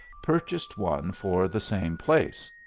purchased one for the same place.